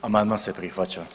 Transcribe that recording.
Amandman se prihvaća.